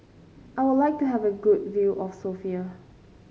I would like to have a good view of Sofia